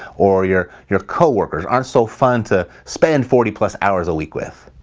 or your your coworkers aren't so fun to spend forty plus hours a week with,